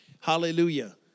Hallelujah